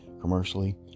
commercially